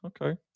okay